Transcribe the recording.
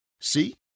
See